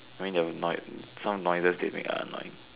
I mean they are annoy some of the noises they make are annoying